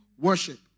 worship